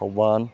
Thoubal